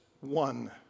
one